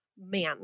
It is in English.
man